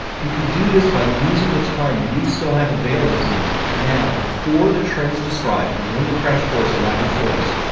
you can do the by using the time you still have available to you now, before the trends described within the crash course arrive in force,